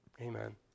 Amen